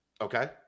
Okay